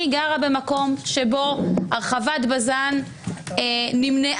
אני גרה במקום שבו הרחבת בז"ן נמנעה